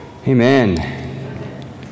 Amen